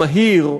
המהיר,